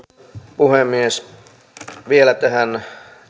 puhemies vielä tähän